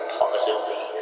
positively